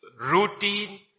routine